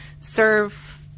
serve